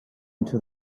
into